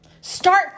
Start